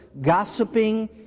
gossiping